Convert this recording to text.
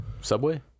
Subway